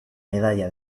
medalla